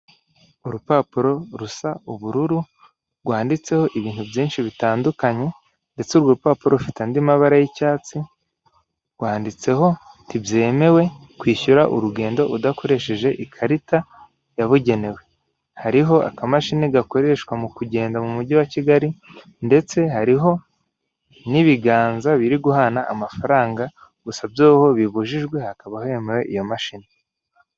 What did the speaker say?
Urupapuro rusa ubururu, rwanditseho ibintu byinshi bitandukanye, ndetse urwo rupapuro rufite andi mabara y'icyatsi, rwanditseho ntibyemewe kwishyura urugendo udakoresheje ikarita yabugenewe, hariho akamashini gakoreshwa mu kugenda mu mujyi wa Kigali, ndetse hariho n'ibiganza biri guhana amafaranga gusa byoho bibujijwe hakaba hemewe iyo mashini.